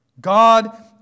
God